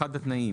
אחד התנאים,